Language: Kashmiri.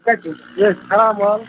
کَتہِ چھُ یہِ چھُ خراب مال